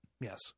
Yes